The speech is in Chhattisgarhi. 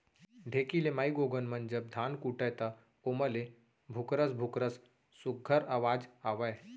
ढेंकी ले माईगोगन मन जब धान कूटय त ओमा ले भुकरस भुकरस सुग्घर अवाज आवय